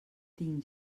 tinc